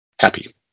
Happy